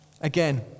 Again